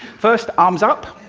first, arms up,